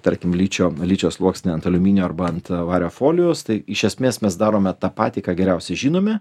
tarkim ličio ličio sluoksnį ant aliuminio arba ant vario folijos tai iš esmės mes darome tą patį ką geriausiai žinome